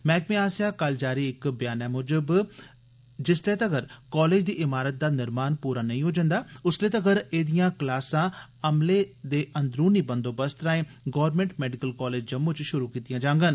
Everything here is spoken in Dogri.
मैह्कमे आसेआ कल जारी इक बयाना मुजब जिसलै तक्कर कालेज दी इमारत दा निर्माण पूरा नेई होई जंदा उसलै तक्कर एह्दिआं क्लासां अमले दे अंदरूनी बंदोबस्त राएं गौरमैंट मैडिकल कालेज जम्मू च शुरु कीतीआं जाङन